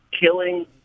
killing